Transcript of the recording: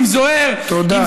תודה.